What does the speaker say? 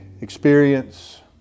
experience